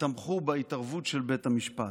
תמכו בהתערבות של בית המשפט.